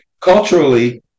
Culturally